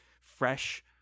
fresh